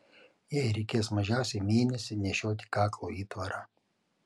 jai reikės mažiausiai mėnesį nešioti kaklo įtvarą